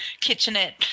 Kitchenette